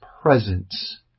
presence